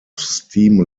steam